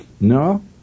No